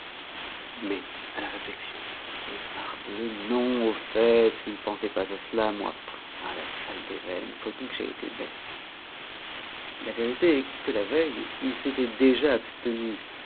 mais à la réflexion eh parbleu non au fait je ne pensais pas à cela moi ah la sale déveine faut-il que j'aie été bête la vérité est que la veille il s'était déjà abstenu